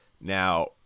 Now